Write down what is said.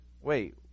Wait